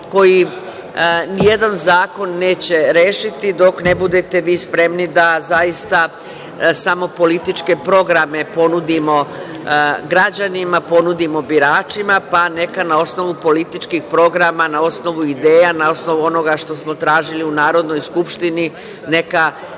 koji nijedan zakon neće rešiti dok vi ne budete spremni da zaista samo političke programe ponudimo građanima, ponudimo biračima, pa neka na osnovu političkih programa, na osnovu ideja, na osnovu onoga što smo tražili u Narodnoj skupštini, neka